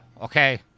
Okay